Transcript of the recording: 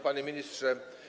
Panie Ministrze!